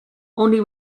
only